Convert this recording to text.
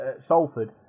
Salford